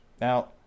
now